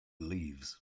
leaves